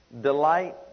delight